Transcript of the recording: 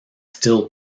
still